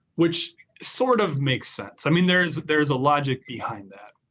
which sort of makes sense. i mean, there is there is a logic behind that.